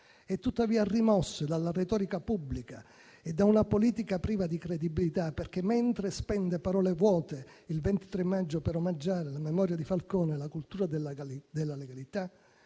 e, tuttavia, rimosse dalla retorica pubblica e da una politica priva di credibilità perché, mentre spende parole vuote il 23 maggio per omaggiare la memoria di Falcone e la cultura della legalità,